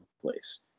place